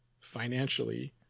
financially